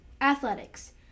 Athletics